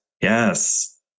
yes